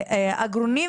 העגורנים